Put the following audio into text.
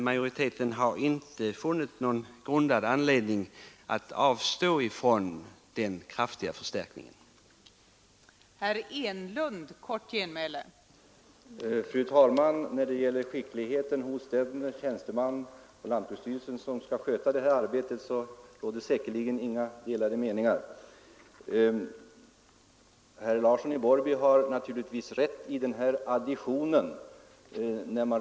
Majoriteten har inte funnit någon grundad anledning att avstå från den kraftiga förstärkningen av vår samlade lantbruksrepresentation.